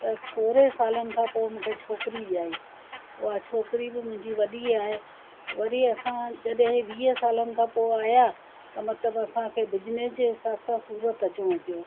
त सोरहें सालनि खां पोइ मूंखे छोकिरी ॼाई उहा छोकिरी बि मुंहिंजी वॾी आहे वरी असां जॾहिं वीह सालनि खां पोइ आया त मतलबु असांखे बिजनेस जे हिसाब सां सूरत अचिणो पियो